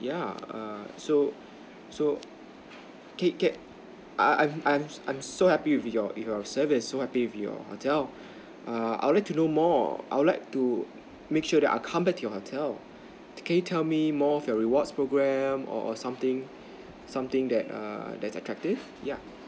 yeah err so so can can I I I'm I'm so happy with your your service so happy with you hotel err I would like to know more I would like to make sure that I'll come back to your hotel can you tell me more of your rewards program or or something something that attractive yeah